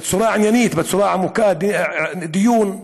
בצורה עניינית, בצורה עמוקה, דיון,